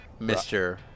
Mr